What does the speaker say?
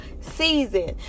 season